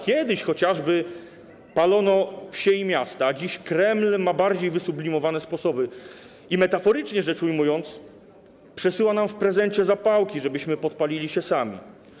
Kiedyś chociażby palono wsie i miasta, a dziś Kreml ma bardziej wysublimowane sposoby i, metaforycznie rzecz ujmując, przesyła nam w prezencie zapałki, żebyśmy podpalili się sami.